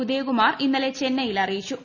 ഉദയകുമാർ ഇന്നലെ ചെന്നൈയിൽ അറിയിച്ചു